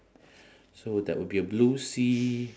so there will be a blue sea